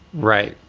right.